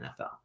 NFL